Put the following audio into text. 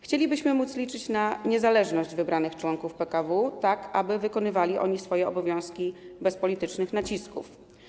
Chcielibyśmy móc liczyć na niezależność wybranych członków PKW, tak aby wykonywali oni swoje obowiązki bez politycznych nacisków.